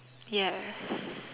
yes